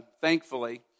thankfully